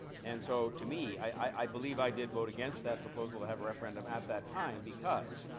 and so to me, i believe i did vote against that proposal to have a referendum at that time because,